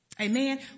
amen